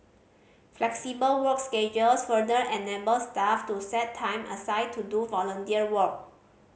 flexible work schedules further enable staff to set time aside to do volunteer work